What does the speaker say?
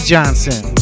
Johnson